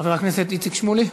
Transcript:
חבר הכנסת איציק שמולי,